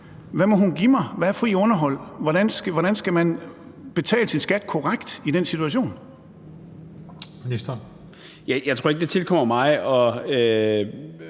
Hvad må hun give mig? Hvad er frit underhold? Hvordan skal man betale sin skat korrekt i den situation? Kl. 17:09 Den fg. formand